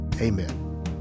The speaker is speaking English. amen